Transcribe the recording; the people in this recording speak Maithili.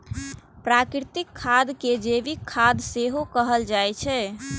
प्राकृतिक खाद कें जैविक खाद सेहो कहल जाइ छै